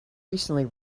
recently